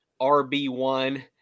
RB1